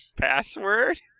password